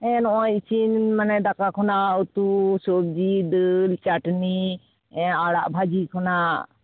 ᱱᱚᱜᱼᱚᱭ ᱤᱥᱤᱱ ᱢᱟᱱᱮ ᱫᱟᱠᱟ ᱠᱷᱚᱱᱟᱜ ᱩᱛᱩ ᱥᱚᱵᱽᱡᱤ ᱫᱟᱹᱞ ᱪᱟᱹᱴᱱᱤ ᱟᱲᱟᱜ ᱵᱷᱟᱹᱡᱤ ᱠᱷᱚᱱᱟᱜ